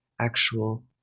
actual